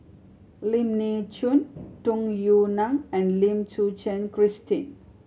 Lim Nee Soon Tung Yue Nang and Lim Suchen Christine